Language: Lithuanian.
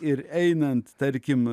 ir einant tarkim